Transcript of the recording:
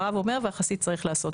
הרב אומר והחסיד צריך לעשות,